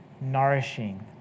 nourishing